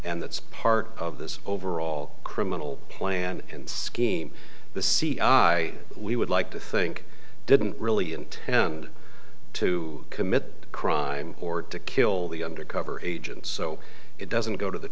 and that's part of this overall criminal plan and scheme the cia we would like to think didn't really and to commit crime or to kill the undercover agent so it doesn't go to the